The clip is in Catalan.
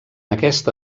aquesta